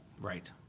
Right